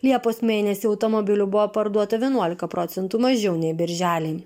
liepos mėnesį automobilių buvo parduota vienuolika procentų mažiau nei birželį